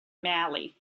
mali